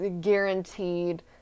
guaranteed